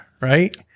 right